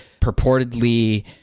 purportedly